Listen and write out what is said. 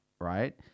right